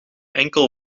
enkel